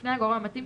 יפנה לגורם המתאים,